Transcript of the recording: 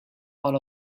all